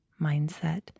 mindset